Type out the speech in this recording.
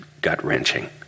gut-wrenching